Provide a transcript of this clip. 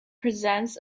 presents